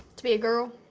to be a girl.